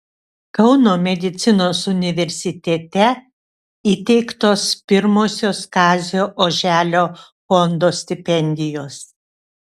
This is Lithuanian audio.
kauno medicinos universitete įteiktos pirmosios kazio oželio fondo stipendijos